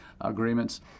agreements